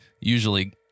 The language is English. usually